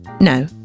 no